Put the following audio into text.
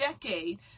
decade